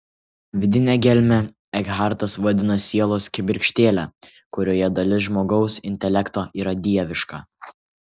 vidinę gelmę ekhartas vadina sielos kibirkštėle kurioje dalis žmogaus intelekto yra dieviška